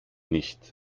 nicht